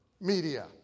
media